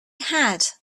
had